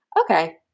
okay